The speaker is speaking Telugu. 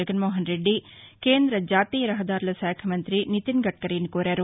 జగన్మోహన్రెడ్డి కేంద్ర జాతీయ రహదారుల శాఖ మంగ్రి నితిన్గడ్కరీని కోరారు